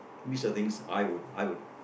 these are the things I would I would